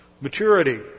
maturity